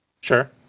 Sure